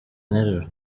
nteruro